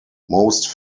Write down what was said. most